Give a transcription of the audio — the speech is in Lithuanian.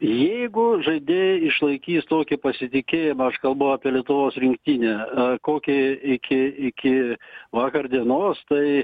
jeigu žaidėjai išlaikys tokį pasitikėjimą aš kalbu apie lietuvos rinktinę kokį iki iki vakar dienos tai